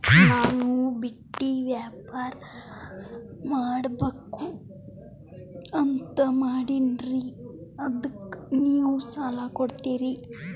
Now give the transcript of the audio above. ನಾನು ಬಟ್ಟಿ ವ್ಯಾಪಾರ್ ಮಾಡಬಕು ಅಂತ ಮಾಡಿನ್ರಿ ಅದಕ್ಕ ನೀವು ಸಾಲ ಕೊಡ್ತೀರಿ?